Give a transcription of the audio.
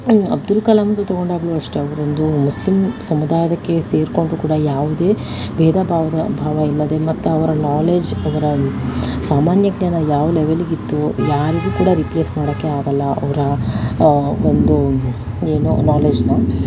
ಅಬ್ದುಲ್ ಕಲಾಮ್ದು ತೊಗೊಂಡಾಗ್ಲು ಅಷ್ಟೆ ಅವರೊಂದು ಮುಸ್ಲಿಂ ಸಮುದಾಯದಕ್ಕೆ ಸೇರಿಕೊಂಡ್ರೂ ಕೂಡ ಯಾವುದೇ ಭೇದ ಭಾವದ ಭಾವ ಇಲ್ಲದೆ ಮತ್ತು ಅವರ ನಾಲೆಜ್ ಅವರ ಸಾಮಾನ್ಯ ಜ್ಞಾನ ಯಾವ ಲೆವೆಲಿಗಿತ್ತು ಯಾರಿಗೂ ಕೂಡ ರಿಪ್ಲೇಸ್ ಮಾಡೋಕ್ಕೆ ಆಗಲ್ಲ ಅವರ ಒಂದು ಏನು ನಾಲೆಡ್ಜ್ನ